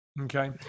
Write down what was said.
Okay